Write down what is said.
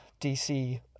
DC